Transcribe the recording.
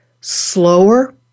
slower